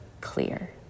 clear